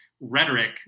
rhetoric